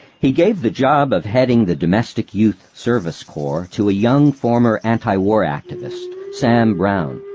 he gave the job of heading the domestic youth service corps to a young former antiwar activist, sam brown.